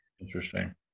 interesting